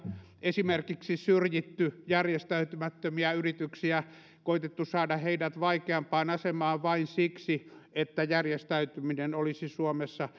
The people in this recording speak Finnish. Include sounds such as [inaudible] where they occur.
esimerkiksi syrjitty järjestäytymättömiä yrityksiä koetettu saada heidät vaikeampaan asemaan vain siksi että järjestäytyminen olisi suomessa [unintelligible]